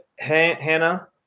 Hannah